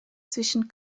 zwischen